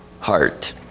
heart